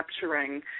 capturing